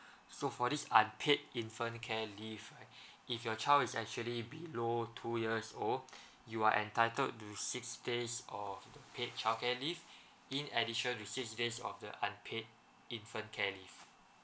so for this unpaid infant care leave right if your child is actually below two years old you are entitled to six days of the paid childcare leave in addition to six days of the unpaid infant care leave